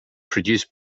produced